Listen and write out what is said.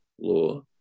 law